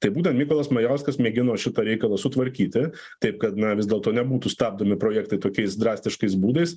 tai būtent mykolas majauskas mėgino šitą reikalą sutvarkyti taip kad na vis dėlto nebūtų stabdomi projektai tokiais drastiškais būdais